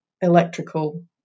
electrical